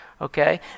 Okay